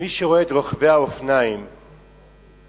מי שרואה את רוכבי האופניים בעיר,